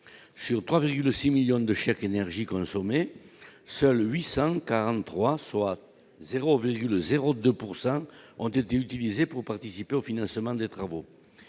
sur 3,6 millions de chèques l'énergie consommée, seuls 843 soit 0,0 2 pourcent ont été utilisés pour participer au financement des travaux